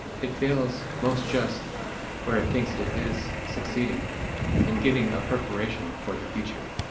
it fails most just where it thinks it is succeeding in getting a preparation for the future.